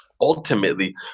ultimately